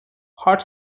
hot